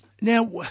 Now